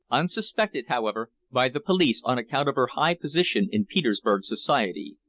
unsuspected, however, by the police on account of her high position in petersburg society.